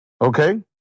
Okay